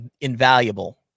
invaluable